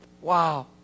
Wow